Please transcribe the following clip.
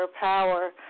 power